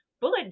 bullet